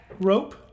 rope